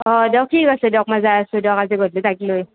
অঁ দিয়ক ঠিক আছে দক মই যায় আছো দক আজি গধূলি তাইক লৈ